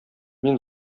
мин